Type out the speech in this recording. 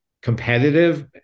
competitive